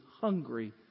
hungry